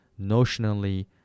notionally